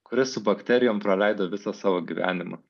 kuris su bakterijom praleido visą savo gyvenimą